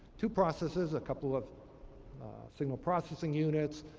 two processes, a couple of signal processing units,